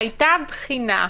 הייתה בחינה,